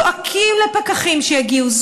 זועקים לפקחים שיגיעו,